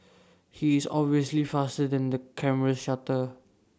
he is obviously faster than the camera's shutter